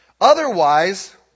Otherwise